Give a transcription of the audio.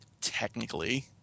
Technically